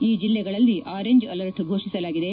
ಈ ಜಿಲ್ಲೆಗಳಲ್ಲಿ orange alert ಫೋಷಿಸಲಾಗಿದೆ